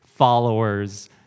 followers